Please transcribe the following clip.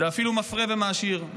זה אפילו מפרה ומעשיר,